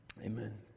Amen